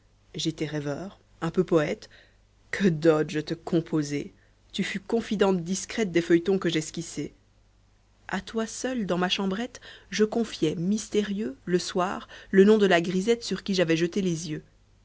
j'étais rêveur un peu poète que d'odes je te composai tu fus confidente discrète des feuilletons que j'esquissai a toi seule dans ma chambrette je confiais mystérieux le soir le nom de la grisette sur qui j'avais jeté les yeux